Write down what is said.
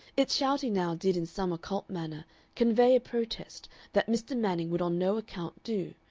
its shouting now did in some occult manner convey a protest that mr. manning would on no account do,